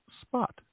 spot